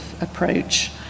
approach